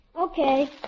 Okay